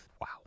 Wow